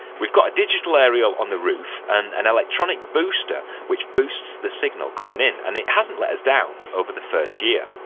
we've got a digital aerial on the roof and an electronic booster which boosts the signal coming in and it hasn't let us down over the first year.